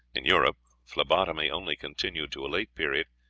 in europe phlebotomy only continued to a late period,